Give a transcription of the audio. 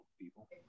people